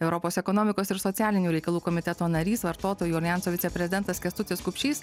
europos ekonomikos ir socialinių reikalų komiteto narys vartotojų aljanso viceprezidentas kęstutis kupšys